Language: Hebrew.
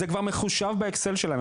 זה כבר מחושב באקסל שלהם,